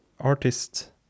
artists